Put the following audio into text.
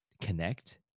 connect